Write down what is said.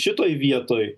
šitoj vietoj